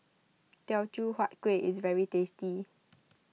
Teochew Huat Kueh is very tasty